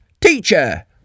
Teacher